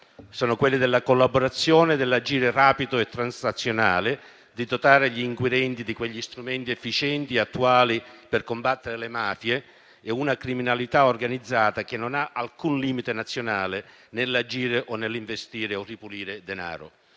Sono quelli della collaborazione, dell'agire rapido e transnazionale che consente di dotare gli inquirenti di quegli strumenti efficienti ed attuali per combattere le mafie e in generale una criminalità organizzata che non ha alcun limite nazionale nell'agire o nell'investire o ripulire denaro.